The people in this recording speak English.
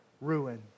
ruin